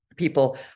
people